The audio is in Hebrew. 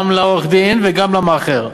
גם לעורך-דין וגם למאכער.